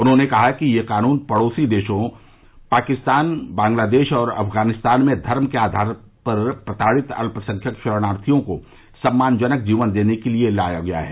उन्होंने कहा कि यह कानून पड़ोसी देशों पाकिस्तान बांग्लादेश और अफगानिस्तान में धर्म के आधार पर प्रताड़ित अल्पसंख्यक शरणार्थियों को सम्मानजनक जीवन देने के लिए लाया गया है